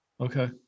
Okay